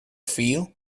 feel